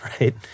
right